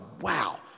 wow